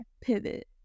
pivot